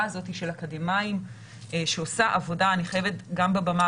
הזאת של האקדמאיים שעושה עבודה אני חייבת גם מהבמה